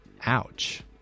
Ouch